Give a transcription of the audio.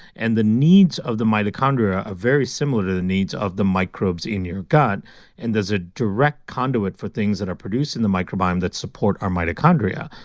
and the needs of the mitochondria are very similar to the needs of the microbes in your gut and is a direct conduit for things that are produced in the microbiome that support our mitochondria.